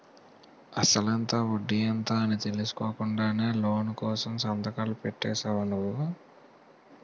అసలెంత? వడ్డీ ఎంత? అని తెలుసుకోకుండానే లోను కోసం సంతకాలు పెట్టేశావా నువ్వు?